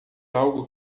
algo